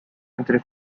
entre